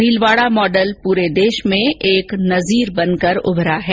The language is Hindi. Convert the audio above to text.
भीलवाडा मॉडल पूरे देश में एक नजीर बनकर उभरा है